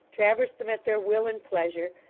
traversed them at their will and pleasure,